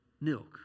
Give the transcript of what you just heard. Milk